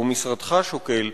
או משרדך שוקל,